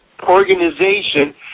organization